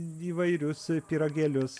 įvairius pyragėlius